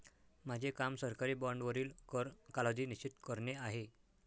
माझे काम सरकारी बाँडवरील कर कालावधी निश्चित करणे आहे